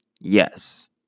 Yes